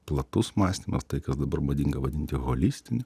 platus mąstymas tai kas dabar madinga vadinti holistiniu